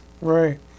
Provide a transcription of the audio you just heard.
Right